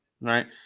Right